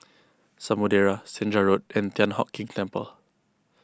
Samudera Senja Road and Thian Hock Keng Temple